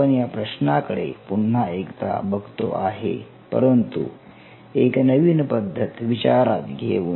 आपण या प्रश्नाकडे पुन्हा एकदा बघतो आहे परंतु एक नवीन पद्धत विचारात घेऊन